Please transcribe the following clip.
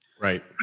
Right